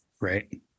Right